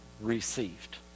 received